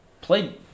played